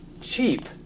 cheap